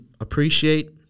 appreciate